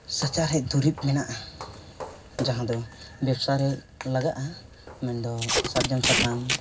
ᱥᱟᱪᱟᱨᱦᱮᱫ ᱫᱩᱨᱤᱵ ᱢᱮᱱᱟᱜᱼᱟ ᱡᱟᱦᱟᱸ ᱫᱚ ᱵᱮᱵᱥᱟ ᱨᱮ ᱞᱟᱜᱟᱜᱼᱟ ᱢᱮᱱ ᱫᱚ ᱥᱟᱨᱡᱚᱢ ᱥᱟᱠᱟᱢ